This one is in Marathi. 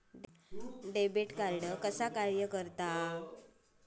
डेबिट कार्ड कसा कार्य करता?